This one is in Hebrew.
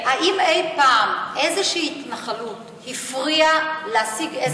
האם אי-פעם איזושהי התנחלות הפריעה להשיג איזשהו הסכם?